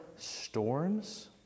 storms